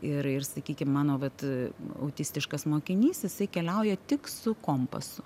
ir ir sakykim mano vat autistiškas mokinys jisai keliauja tik su kompasu